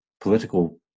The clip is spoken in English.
political